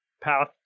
path